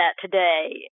today